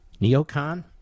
Neocon